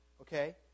okay